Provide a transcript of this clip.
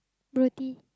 beauty